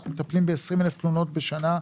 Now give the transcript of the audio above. אנחנו מטפלים ב-20,000 תלונות בשנה,